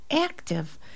active